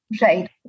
right